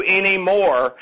anymore